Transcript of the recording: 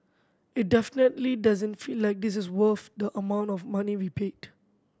it definitely doesn't feel like this is worth the amount of money we paid